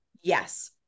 Yes